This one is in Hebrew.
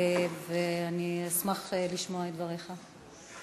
ואני אשמח לשמוע את דבריך.